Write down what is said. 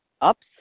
ups